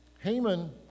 Haman